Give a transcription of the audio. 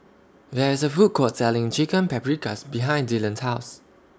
There IS A Food Court Selling Chicken Paprikas behind Dylon's House